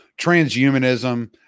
transhumanism